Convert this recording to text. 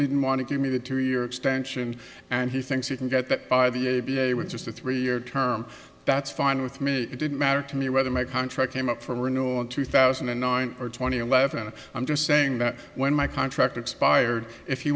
didn't want to give me the two year extension and he thinks he can get that by the a b a with just a three year term that's fine with me it didn't matter to me whether my contract came up for renewal in two thousand and nine or two thousand and eleven i'm just saying that when my contract expired if you